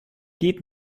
geht